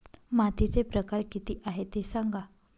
मातीचे प्रकार किती आहे ते सांगा